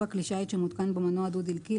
כלי שיט שמותקן בו מנוע דו דלקי,